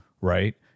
right